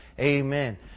amen